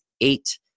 eight